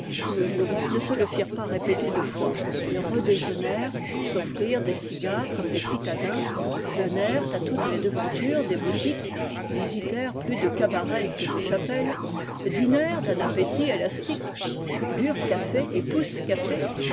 lurons ne se le firent pas répéter deux fois ils redé jeunèrent s'offrirent des cigares comme des citadins flânè rent à toutes les devantures des boutiques visitèrent plus de cabarets que de chapelles dînèrent d'un appétit élasti que burent café et pousse-café